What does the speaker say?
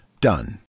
done